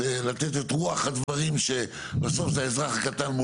פעם ראשונה ששמענו ואנחנו חושבים שבסך הכול זה נכון.